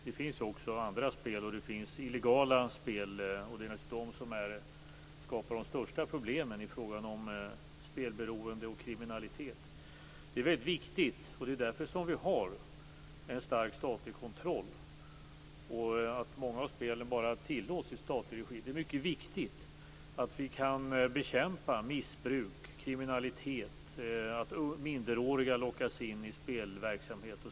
Det finns också andra spel, och det finns illegala spel. Det är just dessa som skapar de största problemen i fråga om spelberoende och kriminalitet. Det är väldigt viktigt - och det är därför som vi har en stark statlig kontroll och det är därför som många av spelen bara tillåts i statlig regi - att vi kan bekämpa missbruk och kriminalitet och att minderåriga lockas in i spelverksamhet.